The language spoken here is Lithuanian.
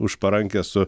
už parankės su